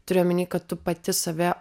turiu omeny kad tu pati save